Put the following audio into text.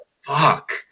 fuck